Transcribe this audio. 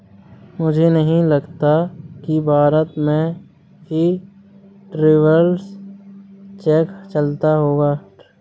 मुझे नहीं लगता कि भारत में भी ट्रैवलर्स चेक चलता होगा